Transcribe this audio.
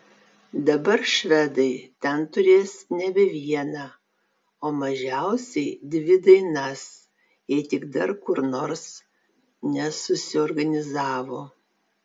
dabar švedai ten turės nebe vieną o mažiausiai dvi dainas jei tik dar kur nors nesusiorganizavo